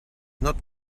not